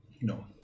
No